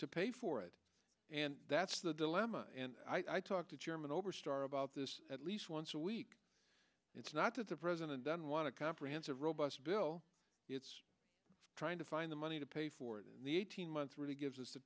to pay for it and that's the dilemma and i talked to chairman oberstar about this at least once a week it's not that the president doesn't want to comprehensive robust bill it's trying to find the money to pay for it in the eighteen months really give the